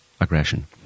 aggression